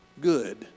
good